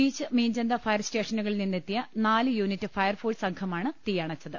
beach Meenchanda fire സ്റ്റേഷനുകളിൽ നിന്നെത്തിയ നാല് യൂണിറ്റ് ഫയർഫോഴ്സ് സംഘമാണ് തീയണച്ചത്